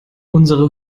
unsere